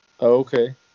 Okay